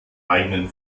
eigenen